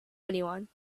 anyone